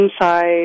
inside